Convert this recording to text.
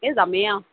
এই যামে আৰু